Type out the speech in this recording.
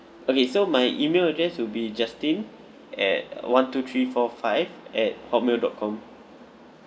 okay so my email address to be justin at one two three four five at hotmail dot com